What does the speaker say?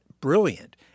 brilliant